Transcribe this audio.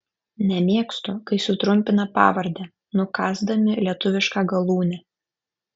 nemėgstu kai sutrumpina pavardę nukąsdami lietuvišką galūnę